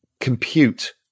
compute